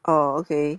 oh okay